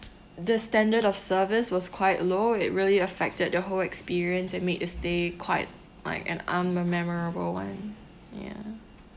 the standard of service was quite low it really affected the whole experience and made the stay quite like an unmemorable one ya